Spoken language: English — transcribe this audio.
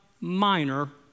minor